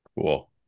Cool